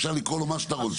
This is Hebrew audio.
אפשר לקרוא לו איך שרוצים.